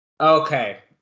Okay